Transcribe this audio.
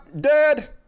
dead